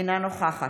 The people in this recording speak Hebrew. אינה נוכחת